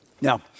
Now